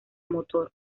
motor